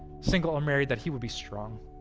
single or married, that he would be strong.